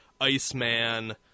Iceman